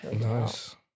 nice